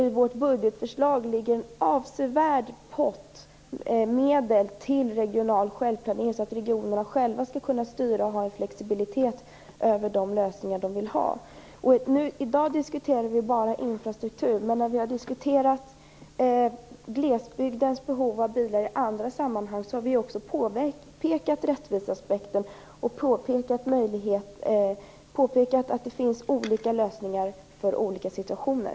I vårt budgetförslag ligger en avsevärd pott medel för regional självplanering, så att regionerna själva skall kunna styra och ha en flexibilitet i fråga om de lösningar som de vill ha. I dag har vi diskuterat bara infrastruktur, men när vi har diskuterat glesbygdens behov av bilar i andra sammanhang har vi påpekat rättviseaspekten och påpekat att det finns olika lösningar för olika situationer.